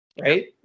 Right